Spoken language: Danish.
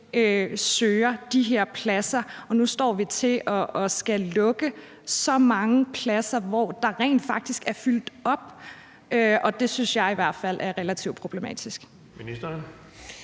søger de her pladser, og nu står man over for at skulle lukke så mange pladser på steder, hvor der rent faktisk er fyldt op. Det synes jeg i hvert fald er relativt problematisk.